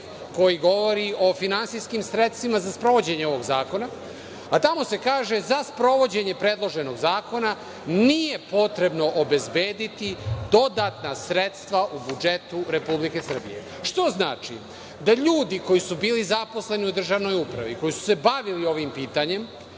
koji govori o finansijskim sredstvima za sprovođenje ovog zakona, a tamo se kaže: „Za sprovođenje predloženog zakona nije potrebno obezbediti dodatna sredstva u budžetu Republike Srbije.“ To znači da ljudi koji su bili zaposleni u državnoj upravi, koji su se bavili ovim pitanjem